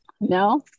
No